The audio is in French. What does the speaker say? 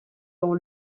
dans